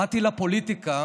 באתי לפוליטיקה